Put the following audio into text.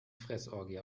fressorgie